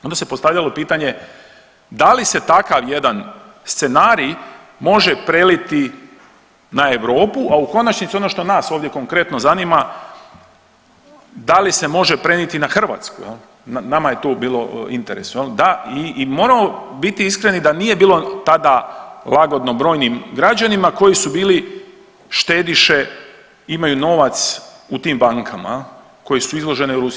Onda se postavljalo pitanje da li se takav jedan scenarij može preliti na Europu, a u konačnici ono što nas ovdje konkretno zanima da li se može prenijeti na Hrvatsku jel, nama je to bilo u interesu jel da i moramo biti iskreni da nije bilo tada lagodno brojnim građanima koji su bili štediše, imaju novac u tim bankama jel koje su izložene u Rusiji.